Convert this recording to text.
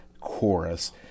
chorus